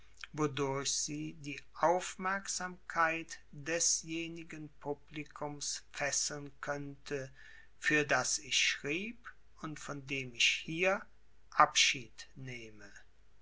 die aufmerksamkeit desjenigen publikums fesseln könnte für das ich schrieb und von dem ich hier abschied nehme